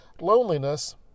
loneliness